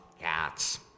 Cats